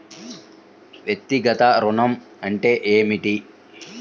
వ్యక్తిగత ఋణం అంటే ఏమిటి?